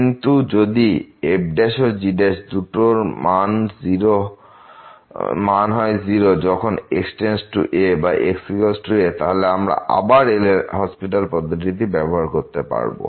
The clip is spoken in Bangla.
কিন্তু যদি f ও g দুটোর মান হয় 0 যখন x→a বা xa তাহলে আমরা আবার এল হসপিটাল পদ্ধতিটি ব্যবহার করতে পারব